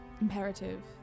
imperative